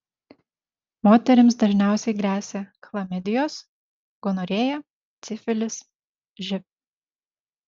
moterims dažniausiai gresia chlamidijos gonorėja sifilis živ